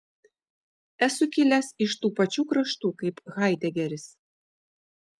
esu kilęs iš tų pačių kraštų kaip haidegeris